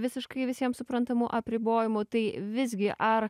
visiškai visiems suprantamų apribojimų tai visgi ar